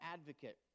advocate